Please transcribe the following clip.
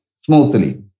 smoothly